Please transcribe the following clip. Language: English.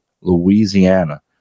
Louisiana